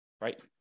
right